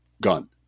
gun